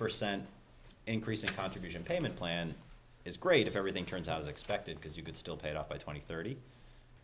percent increase in contribution payment plan is great if everything turns out as expected because you could still paid off by twenty thirty